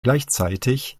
gleichzeitig